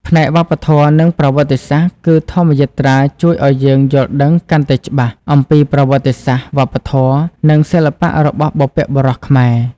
ផ្នែកវប្បធម៌ និងប្រវត្តិសាស្ត្រ គឺ ធម្មយាត្រាជួយឲ្យយើងយល់ដឹងកាន់តែច្បាស់អំពីប្រវត្តិសាស្ត្រ វប្បធម៌ និងសិល្បៈរបស់បុព្វបុរសខ្មែរ។